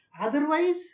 Otherwise